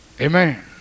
amen